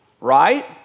Right